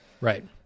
Right